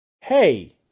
hey